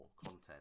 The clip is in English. content